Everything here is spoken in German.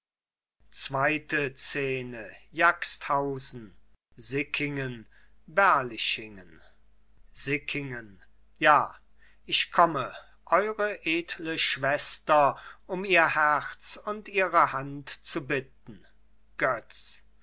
sickingen berlichingen sickingen ja ich komme eure edle schwester um ihr herz und ihre hand zu bitten götz